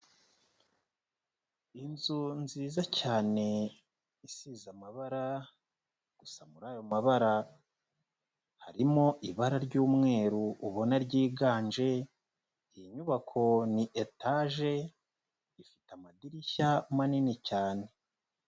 Inzu nziza cyane isize amabara gusa muri ayo mabara harimo ibara ry'umweru ubona ryiganje, iyi nyubako ni etaje, ifite amadirishya manini cyane.